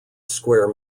square